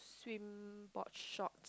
swim board short